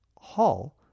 Hall